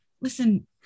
listen